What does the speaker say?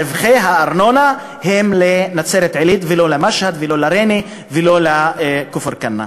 רווחי הארנונה הם לנצרת-עילית ולא למשהד ולא לריינה ולא לכפר-כנא.